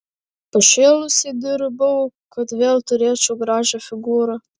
pašėlusiai dirbau kad vėl turėčiau gražią figūrą